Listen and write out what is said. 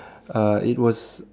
uh it was